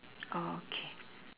okay